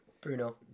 Bruno